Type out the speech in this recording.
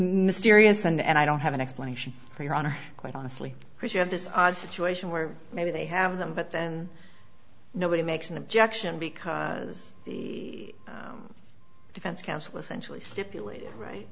mysterious and i don't have an explanation for your honor quite honestly chris you have this odd situation where maybe they have them but then nobody makes an objection because the defense counsel essentially stipulated right